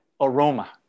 aroma